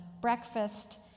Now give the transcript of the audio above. breakfast